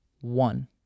One